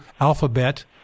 alphabet